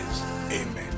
amen